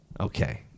Okay